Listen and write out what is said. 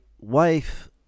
wife